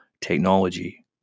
technology